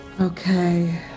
Okay